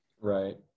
Right